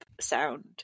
sound